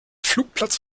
flugplatz